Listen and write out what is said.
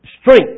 strength